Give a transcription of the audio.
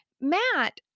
Matt